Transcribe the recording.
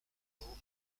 domino